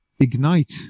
ignite